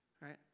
right